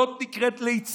זאת נקראת ליצנות,